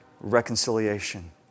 reconciliation